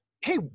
hey